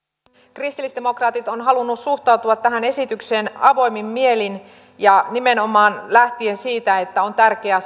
kristillisdemokraatit ovat halunneet suhtautua tähän esitykseen avoimin mielin ja nimenomaan lähtien siitä että on tärkeää